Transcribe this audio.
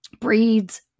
breeds